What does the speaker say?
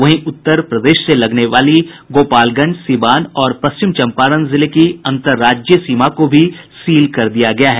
वहीं उत्तर प्रदेश से लगने वाली गोपालगंज सीवान और पश्चिम चम्पारण जिले की अंतर्राज्यीय सीमा को भी सील कर दिया गया है